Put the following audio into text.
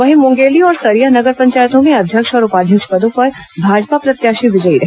वहीं मुंगेली और सरिया नगर पंचायतों में अध्यक्ष और उपाध्यक्ष पदों पर भाजपा प्रत्याशी विजयी रहे